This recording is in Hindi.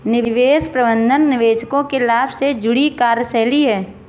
निवेश प्रबंधन निवेशकों के लाभ से जुड़ी कार्यशैली है